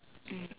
mm